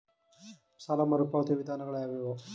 ಸಾಲ ಮರುಪಾವತಿಯ ವಿಧಾನಗಳು ಯಾವುವು?